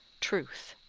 truth